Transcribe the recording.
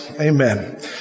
amen